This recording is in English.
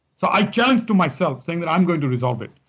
so i challenged to myself, saying that i'm going to resolve it,